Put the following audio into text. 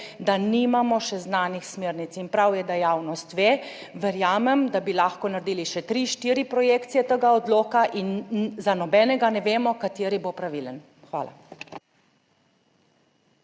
da nimamo še znanih smernic in prav je, da javnost ve, verjamem, da bi lahko naredili še 34 projekcije tega odloka in za nobenega ne vemo kateri bo pravilen. Hvala.